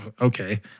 okay